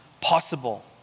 possible